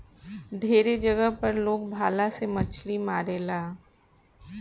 ढेरे जगह पर लोग भाला से मछली मारेला